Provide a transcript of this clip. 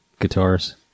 guitars